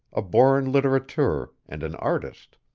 a born litterateur, and an artist